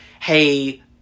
hey